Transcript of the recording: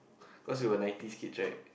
cause we were ninety's kids right